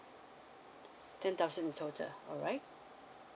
ten thousand in total alright